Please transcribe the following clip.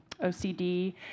OCD